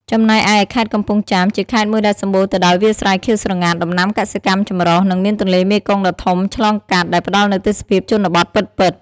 ចំណែកឯ ខេត្តកំពង់ចាម ជាខេត្តមួយដែលសម្បូរទៅដោយវាលស្រែខៀវស្រងាត់ ដំណាំកសិកម្មចម្រុះ និងមានទន្លេមេគង្គដ៏ធំឆ្លងកាត់ ដែលផ្តល់នូវទេសភាពជនបទពិតៗ។